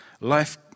Life